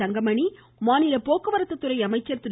தங்கமணி மாநில போக்குவரத்து துறை அமைச்சர் திரு